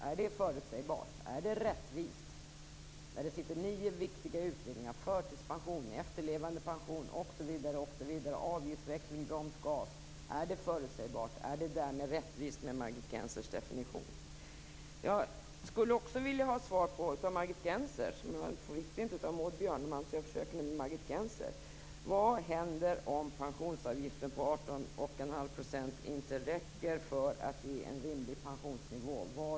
Är det förutsägbart eller rättvist när det fortfarande finns nio viktiga utredningar - förtidspension, efterlevandepension, avgiftsväxling, broms, gas osv.? Jag fick inte något svar från Maud Björnemalm, så jag försöker nu med Margit Gennser. Vad händer om pensionsavgiften på 18 1⁄2 % inte räcker för att ge en rimlig pensionsnivå?